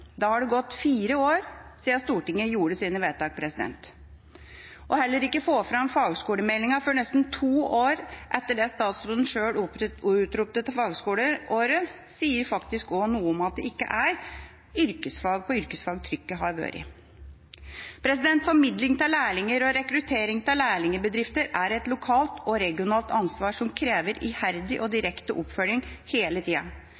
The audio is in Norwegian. Da har det gått fire år siden Stortinget gjorde sine vedtak. At en heller ikke har fått fram fagskolemeldinga før nesten to år etter det statsråden selv utropte til fagskoleåret, sier også noe om at det er ikke på yrkesfag trykket har vært. Formidling av lærlinger og rekruttering av lærebedrifter er et lokalt og regionalt ansvar som krever iherdig og direkte oppfølging hele tida.